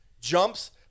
Jumps